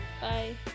Bye